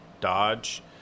Dodge